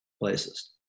places